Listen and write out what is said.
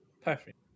perfect